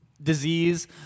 disease